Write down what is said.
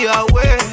away